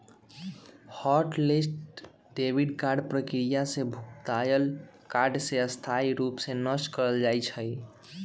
hot list debit card प्रक्रिया से भुतलायल कार्ड के स्थाई रूप से नष्ट कएल जाइ छइ